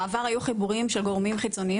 בעבר היו חיבורים של גורמים חיצוניים